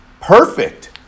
perfect